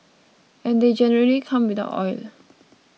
and they generally come without oil